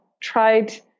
tried